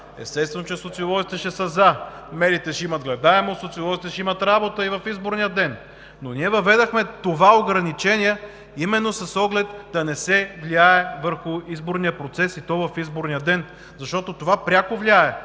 Естествено, че социолозите ще са „за“! Медиите ще имат гледаемост, социолозите ще имат работа и в изборния ден, но ние въведохме това ограничение именно с оглед да не се влияе в изборния процес, и то в изборния ден, защото това пряко влияе